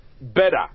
better